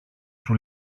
σου